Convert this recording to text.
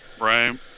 Right